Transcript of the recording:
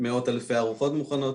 -- מאות אלפי ארוחות מוכנות